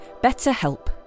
BetterHelp